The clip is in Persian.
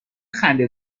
خنده